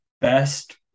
best